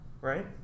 Right